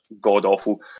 god-awful